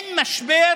אין משבר